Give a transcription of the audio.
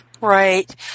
Right